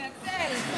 שיתנצל.